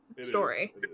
story